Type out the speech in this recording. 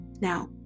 Now